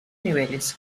niveles